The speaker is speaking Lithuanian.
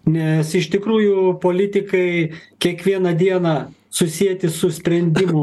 nes iš tikrųjų politikai kiekvieną dieną susieti su sprendimų